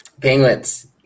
Penguins